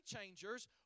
changers